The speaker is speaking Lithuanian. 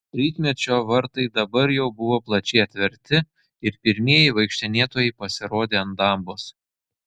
rytmečio vartai dabar jau buvo plačiai atverti ir pirmieji vaikštinėtojai pasirodė ant dambos